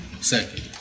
second